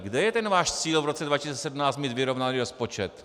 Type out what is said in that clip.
Kde je ten váš cíl v roce 2017 mít vyrovnaný rozpočet?